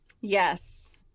Yes